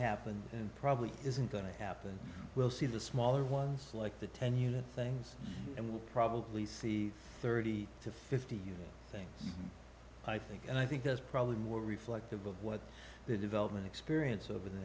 happened and probably isn't going to happen we'll see the smaller ones like the ten unit things and we'll probably see thirty to fifty year things i think and i think there's probably more reflective of what the development experience o